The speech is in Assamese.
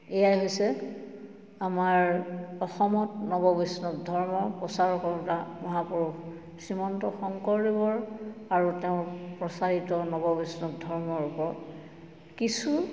এয়াই হৈছে আমাৰ অসমত নৱবৈষ্ণৱ ধৰ্মৰ প্ৰচাৰ কৰোঁতা মহাপুৰুষ শ্ৰীমন্ত শংকৰদেৱৰ আৰু তেওঁৰ প্ৰচাৰিত নৱবৈষ্ণৱ ধৰ্মৰ ওপৰত কিছু